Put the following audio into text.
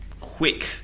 quick